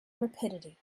rapidity